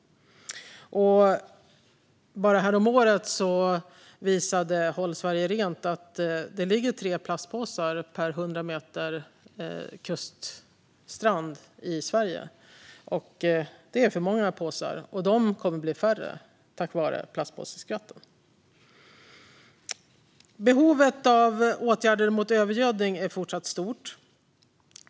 Bara häromåret visade Håll Sverige Rent att det ligger tre plastpåsar per 100 meter kuststrand i Sverige. Det är för många påsar, och de kommer att bli färre tack vare plastpåseskatten. Behovet av åtgärder mot övergödning är fortsatt stort.